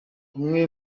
imwe